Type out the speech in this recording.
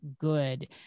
good